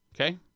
Okay